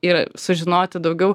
ir sužinoti daugiau